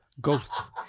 Ghosts